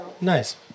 Nice